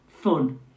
fun